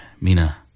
Mina